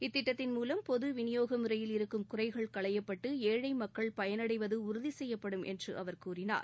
இத்திட்டத்தின் மூவம் பொது விநியோக முறையில் இருக்கும் குறைகள் களையப்பட்டு ஏழை மக்கள் பயனடைவது உறுதி செய்யப்படும் என்று அவர் கூறினார்